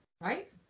Right